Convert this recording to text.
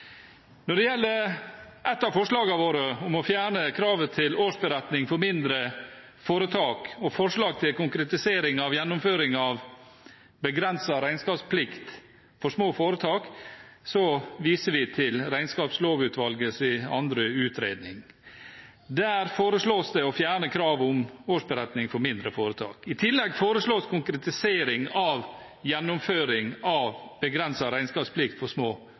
Når det gjelder ett av forslagene våre, om å fjerne kravet til årsberetning for mindre foretak og forslag til konkretisering av gjennomføring av begrenset regnskapsplikt for små foretak, viser vi til Regnskapslovutvalgets andre utredning. Der foreslås det å fjerne kravet om årsberetning for mindre foretak. I tillegg foreslås konkretisering av gjennomføring av begrenset regnskapsplikt for små